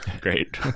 great